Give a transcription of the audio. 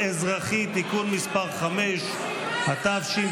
אכן, גאווה גדולה לכנסת, מה שאתם